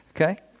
Okay